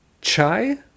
Chai